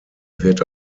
wird